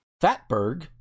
fatberg